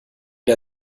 der